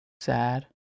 sad